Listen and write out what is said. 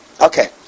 Okay